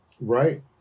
Right